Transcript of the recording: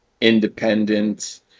independent